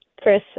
Chris